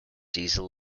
diesel